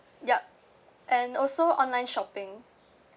yup and also online shopping